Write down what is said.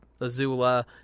Azula